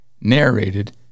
narrated